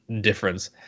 difference